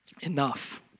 enough